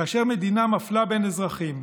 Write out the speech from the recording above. כאשר מדינה מפלה בין אזרחים,